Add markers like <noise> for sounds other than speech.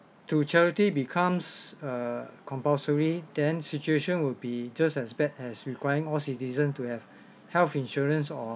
to charity becomes err compulsory then situation would be just as bad as requiring all citizens to have <breath> health insurance or